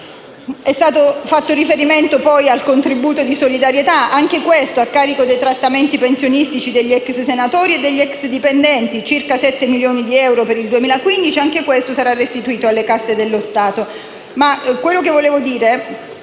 È stato poi fatto riferimento al contributo di solidarietà, anche questo a carico dei trattamenti pensionistici degli ex senatori e degli ex dipendenti, pari a circa 7 milioni di euro per il 2015, che sarà restituito alle casse dello Stato.